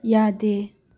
ꯌꯥꯗꯦ